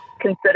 consider